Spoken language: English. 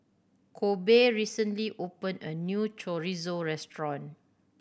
Kobe recently opened a new Chorizo Restaurant